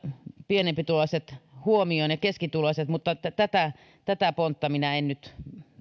pienempituloiset ja keskituloiset mutta tätä tätä pontta minä en nyt